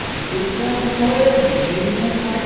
উদ্যোক্তাৰ বিষয়ে বিভিন্ন ঠাইত